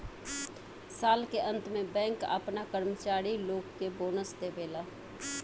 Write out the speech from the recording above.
साल के अंत में बैंक आपना कर्मचारी लोग के बोनस देवेला